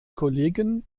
kollegen